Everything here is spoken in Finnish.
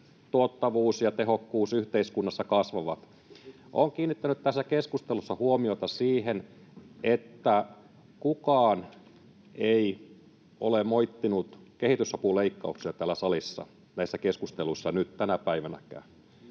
tuottavuus ja tehokkuus yhteiskunnassa kasvavat. Olen kiinnittänyt tässä keskustelussa huomiota siihen, että kukaan ei ole moittinut kehitysapuleikkauksia täällä salissa, näissä keskusteluissa nyt, tänä päivänäkään,